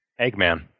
Eggman